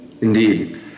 indeed